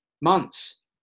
months